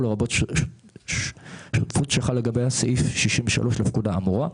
ולרבות שותפות שחל לגביה סעיף 63 לפקודה האמורה.